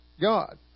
God